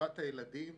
טובת הילדים,